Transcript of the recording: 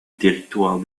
territoire